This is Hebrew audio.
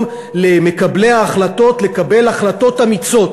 למקבלי ההחלטות לקבל החלטות אמיצות.